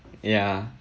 ya